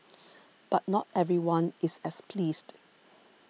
but not everyone is as pleased